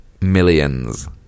Millions